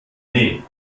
nee